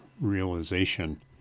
realization